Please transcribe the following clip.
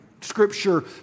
scripture